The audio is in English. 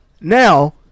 Now